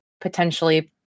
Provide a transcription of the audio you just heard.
potentially